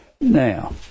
now